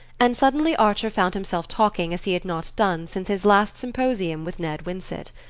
and suddenly archer found himself talking as he had not done since his last symposium with ned winsett.